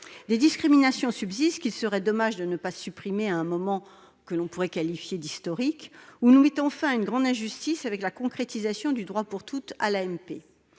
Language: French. Des discriminations subsistent. Il serait dommage de ne pas les supprimer au moment, que l'on pourrait qualifier d'historique, où nous mettons fin à une grande injustice, en concrétisant le droit pour toutes à l'AMP.